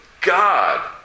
God